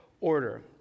order